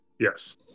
Yes